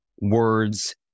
words